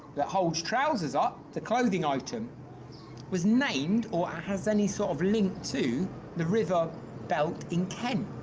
that holds trousers up the clothing item was named or has any sort of link to the river beult in kent,